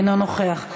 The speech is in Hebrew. אינו נוכח,